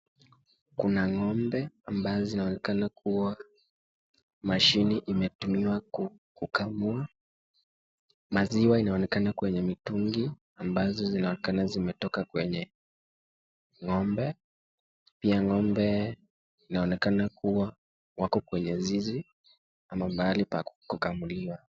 Kuna ng'ombe ambazo zinaonekana kuwa mashine imetumiwa kukamua. Maziwa inaonekana kwenye mitungi ambazo zinaonekana zimetoka kwenye ng'ombe. Pia ng'ombe inaonekana kuwa wako kwenye zizi ama pahali pa kukamuliwa.